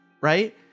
right